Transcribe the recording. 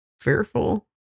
fearful